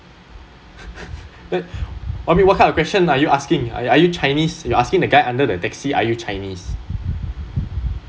I mean what kind of question are you asking are you chinese you're asking the guy under the taxi are you chinese